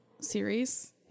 series